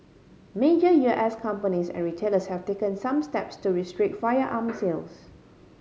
major U S companies and retailers have taken some steps to restrict firearm sales